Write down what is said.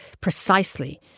precisely